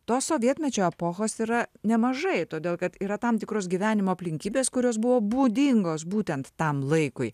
tos sovietmečio epochos yra nemažai todėl kad yra tam tikros gyvenimo aplinkybės kurios buvo būdingos būtent tam laikui